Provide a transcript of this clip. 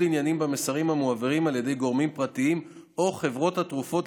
עניינים במסרים המועברים על ידי גורמים פרטיים או חברות התרופות,